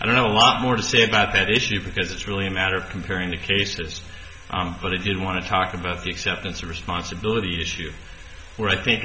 i don't know what more to say about that issue because it's really a matter of comparing the case this but i did want to talk about the acceptance of responsibility issue for i think